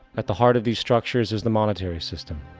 at the heart of these structures is the monetary system.